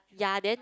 ya then